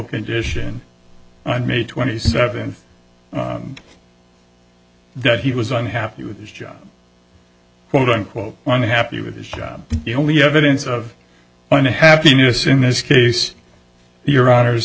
condition on may twenty seventh that he was unhappy with his job quote unquote on the happy with his job the only evidence of unhappiness in this case you